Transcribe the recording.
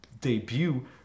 debut